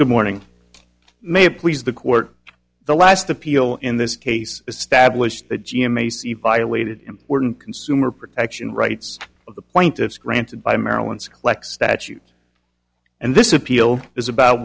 good morning may it please the court the last appeal in this case established the g m violated important consumer protection rights of the plaintiffs granted by maryland's kleck statute and this appeal is about